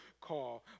call